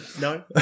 No